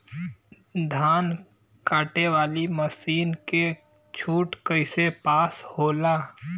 धान कांटेवाली मासिन के छूट कईसे पास होला?